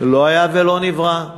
לא היה ולא נברא.